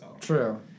True